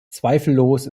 zweifellos